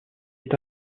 est